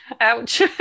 Ouch